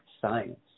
science